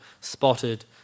spotted